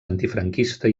antifranquista